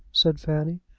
said fanny.